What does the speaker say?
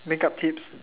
makeup tips